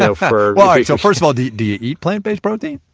so first so first of all, do do you eat plant-based protein?